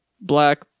Black